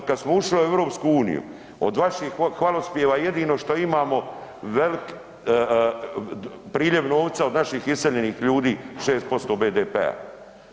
Otkad smo ušli u EU, od vaših hvalospjeva, jedino što imamo velik priljev novca od naših iseljenih ljudi, 6% BDP-a.